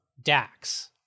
dax